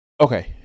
okay